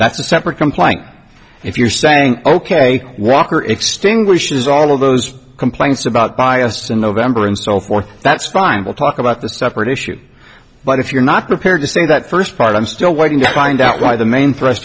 that's a separate complaint if you're saying ok welker extinguishes all of those complaints about bias in november and so forth that's fine we'll talk about the separate issue but if you're not prepared to say that first part i'm still waiting to find out why the main thrust